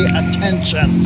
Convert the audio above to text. attention